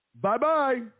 Bye-bye